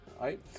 right